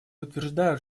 утверждают